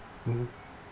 mmhmm